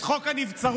את חוק הנבצרות,